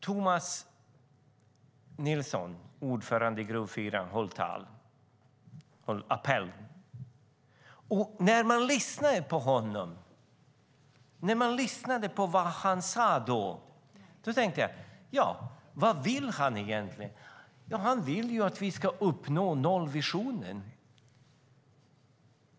Tomas Nilsson, ordförande i Gruvfyran, höll appell. När jag lyssnade på honom tänkte jag: Vad vill han egentligen? Han vill att vi ska uppnå nollvisionen.